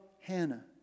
Hannah